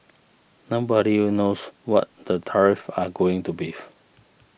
nobody knows what the tariffs are going to beef